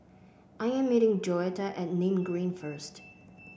I am meeting Joetta at Nim Green first